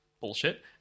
bullshit